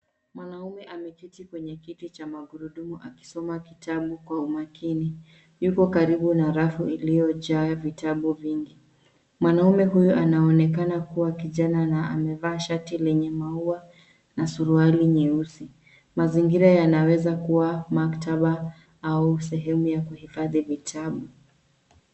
Mwanaume ameketi kwenye kiti cha magurudumu akisoma kitabu kwa umakini. Yupo karibu na rafu iliyojaa vitabu vingi. Mwanaume huyo anaonekana kuwa kijana na amevaa shati lenye maua na suruali nyeusi. Mazingira yanaweza kuwa maktaba au sehemu ya kuhifadhi vitabu.